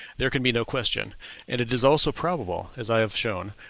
there can be no question and it is also probable, as i have shown,